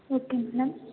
okay ma'am